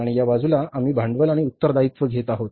आणि या बाजूला आम्ही भांडवल आणि उत्तरदायित्व घेत आहोत